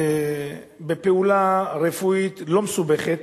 בפעולה רפואית לא מסובכת,